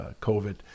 COVID